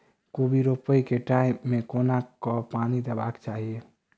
कोबी रोपय केँ टायम मे कोना कऽ पानि देबाक चही?